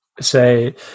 say